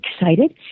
excited